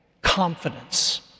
confidence